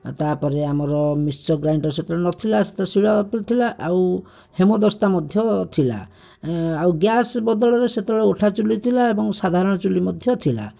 ତା'ପରେ ଆମର mixture grinder ସେତେବେଳେ ନଥିଲା ସେତେବେଳେ ଶିଳ ଥିଲା ଆଉ ହେମଦସ୍ତା ମଧ୍ୟ ଥିଲା ଆଉ ଗ୍ୟାସ୍ ବଦଳରେ ସେତେବେଳେ ଉଠାଚୁଲି ଥିଲା ଏବଂ ସାଧାରଣ ଚୁଲି ମଧ୍ୟ ଥିଲା